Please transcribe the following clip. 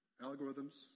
algorithms